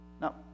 Now